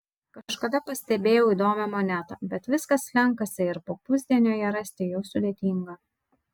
kažkada pastebėjau įdomią monetą bet viskas slenkasi ir po pusdienio ją rasti jau sudėtinga